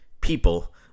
people